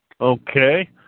Okay